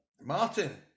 Martin